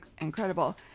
incredible